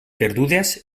perdudes